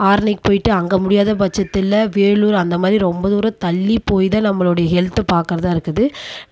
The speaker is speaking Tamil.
ஆரணிக்கு போயிட்டு அங்கே முடியாதபட்சத்தில் வேலூர் அந்தமாதிரி ரொம்ப தூரத் தள்ளி போய் தான் நம்மளுடைய ஹெல்த்தை பார்க்குறதா இருக்குறது